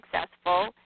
successful